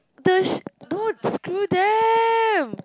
the sh~ don't screw them